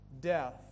death